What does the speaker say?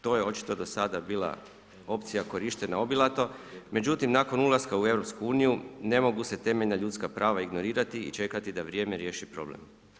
To je očito do sada bila opcija korištena obilato, međutim nakon ulaska u EU ne mogu se temeljna ljudska prava ignorirati i čekati da vrijeme riješi problem.